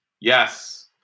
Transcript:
Yes